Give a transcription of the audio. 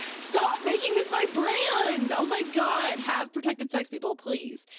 stop making this my brand, oh my god. have protected sex people, please.